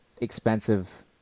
expensive